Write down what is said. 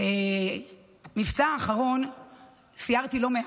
במבצע האחרון סיירתי לא מעט,